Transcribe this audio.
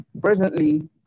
Presently